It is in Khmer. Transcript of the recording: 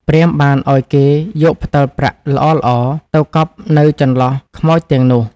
ព្រាហ្មណ៍បានឲ្យគេយកផ្ដិលប្រាក់ល្អៗ ទៅកប់នៅចំចន្លោះខ្មោចទាំងនោះ។